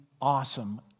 awesome